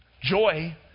Joy